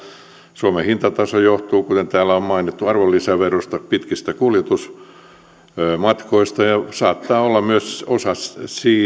suomen hintataso johtuu kuten täällä on mainittu arvonlisäverosta ja pitkistä kuljetusmatkoista ja saattaa olla myös osaksi